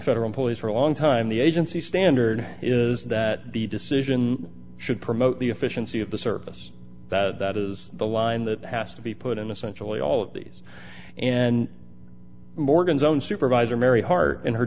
federal employees for a long time the agency standard is that the decision should promote the efficiency of the service that that is the line that has to be put in essentially all of these and morgan's own supervisor mary hart in her